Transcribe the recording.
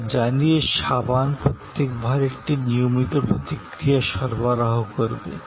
আমরা জানি যে সাবান প্রত্যেক বার একটি নিয়মিত প্রতিক্রিয়া সরবরাহ করবে